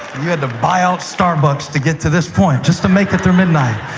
you had to buy out starbucks to get to this point, just to make it through midnight.